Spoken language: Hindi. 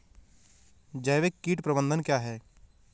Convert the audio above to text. जैविक कीट प्रबंधन क्या है?